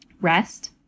rest